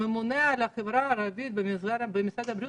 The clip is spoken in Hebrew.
הממונה על החברה הערבית במשרד הבריאות